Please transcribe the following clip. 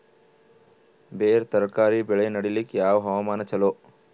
ಬೇರ ತರಕಾರಿ ಬೆಳೆ ನಡಿಲಿಕ ಯಾವ ಹವಾಮಾನ ಚಲೋ?